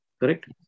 Correct